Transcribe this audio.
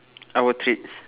our treats